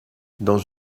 dans